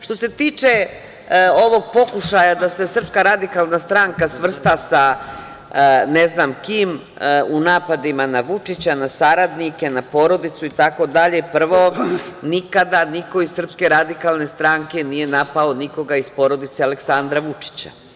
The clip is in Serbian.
Što se tiče ovog pokušaja da se SRS svrsta sa ne znam kim u napadima na Vučića, na saradnike, na porodicu itd, prvo, nikada niko iz SRS nije napao nikoga iz porodice Aleksandra Vučića.